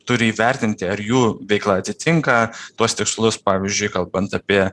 turi įvertinti ar jų veikla atitinka tuos tikslus pavyzdžiui kalbant apie